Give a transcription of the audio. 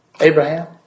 Abraham